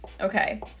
okay